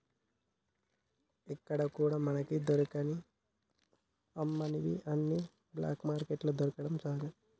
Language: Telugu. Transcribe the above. ఎక్కడా కూడా మనకు దొరకని అమ్మనివి అన్ని బ్లాక్ మార్కెట్లో దొరకడం సహజం